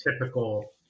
typical